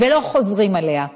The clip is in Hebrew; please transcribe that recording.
ולא חוזרים עליה,